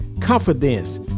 confidence